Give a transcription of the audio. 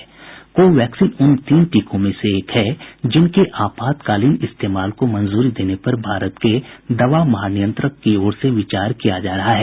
को वैक्सीन उन तीन टीकों में से एक है जिनके आपातकालीन इस्तेमाल को मंजूरी देने पर भारत के दवा महानियंत्रक की ओर से विचार किया जा रहा है